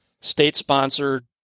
state-sponsored